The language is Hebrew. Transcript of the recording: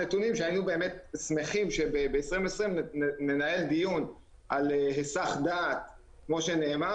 היינו שמחים שבשנת 2020 ננהל דיון על היסח הדעת כמו שנאמר